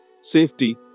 safety